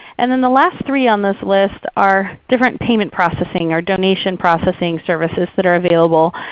and then the last three on this list are different payment processing or donation processing services that are available,